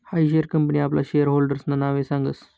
हायी share company आपला share होल्डर्सना नावे सांगस